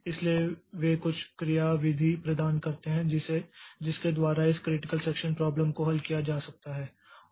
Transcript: इसलिए वे कुछ क्रियाविधि प्रदान करते हैं जिसके द्वारा इस क्रिटिकल सेक्षन प्राब्लम को हल किया जा सकता है